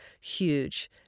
huge